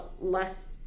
less